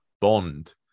bond